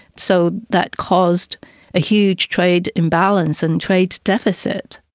so that caused a huge trade imbalance and trade deficit.